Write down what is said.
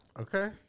Okay